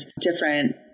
different